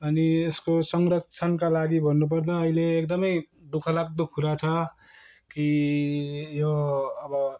अनि यसको संरक्षनका लागि भन्नुपर्दा अहिले एकदमै दुखः लाग्दो कुरा छ कि यो अब